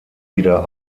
wieder